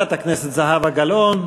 חברת הכנסת זהבה גלאון,